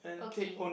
okay